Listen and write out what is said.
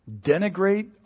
denigrate